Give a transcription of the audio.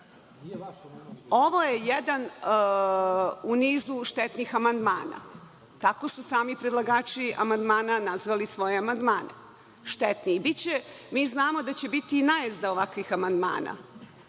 je jedan u nizu štetnih amandmana, tako su sami predlagači amandmana nazvali svoje amandmane, štetni. Mi znamo da će biti najezda ovakvih amandmana,